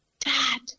dad